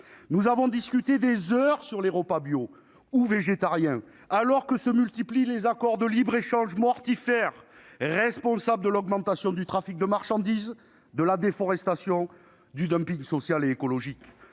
Nous avons discuté des heures sur les repas bio ou végétariens, alors que se multiplient les accords de libre-échange mortifères, responsables de l'augmentation du trafic de marchandises, de la déforestation, du dumping social et écologique.